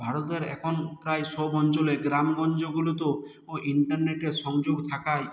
ভারতের এখন প্রায় সব অঞ্চলে গ্রাম গঞ্জগুলোতেও ও ইন্টারনেটের সংযোগ থাকায়